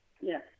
Yes